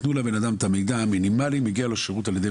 תנו לאדם את המידע המינימלי לגבי השירותים שמגיעים לו,